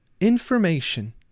information